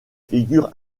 figures